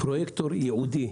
פרוייקטור ייעודי